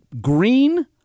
green